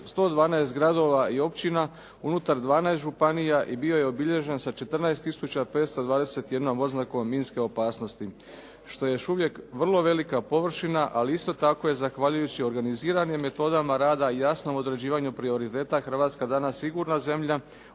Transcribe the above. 112 gradova i općina unutar 12 županija i bio je obilježen sa 14 521 oznakom minske opasnosti, što je još uvijek vrlo velika površina, ali isto tako je zahvaljujući organiziranim metodama rada i jasnom određivanju prioriteta Hrvatska danas sigurna zemlja